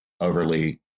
overly